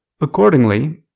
Accordingly